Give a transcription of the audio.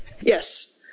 yes